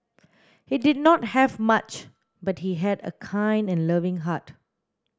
he did not have much but he had a kind and loving heart